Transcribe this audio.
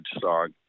song